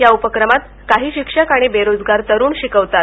या उपक्रमात काही शिक्षक आणि बेरोजगार तरुण शिकवितात